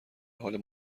حال